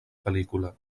pel·lícula